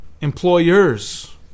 Employers